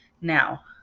Now